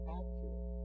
accurate